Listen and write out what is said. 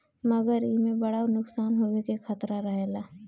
मगर एईमे बड़ा नुकसान होवे के खतरा रहेला